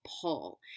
pull